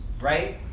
right